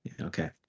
okay